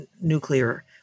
nuclear